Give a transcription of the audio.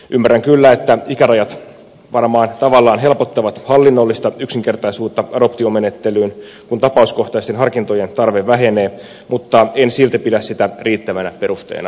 ymmärrän kyllä että ikärajat varmaan tavallaan helpottavat hallinnollista yksinkertaisuutta adoptiomenettelyyn kun tapauskohtaisten harkintojen tarve vähenee mutta en silti pidä sitä riittävänä perusteena esitetyille ikärajoille